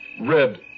Red